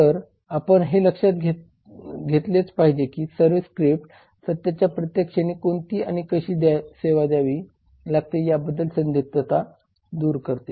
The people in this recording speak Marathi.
तर आपण हे लक्षात घेतलेच पाहिजे की सर्विस स्क्रिप्ट सत्याच्या प्रत्येक क्षणी कोणती आणि कशी सेवा द्यावी लागते याबद्दल संदिग्धता दूर करते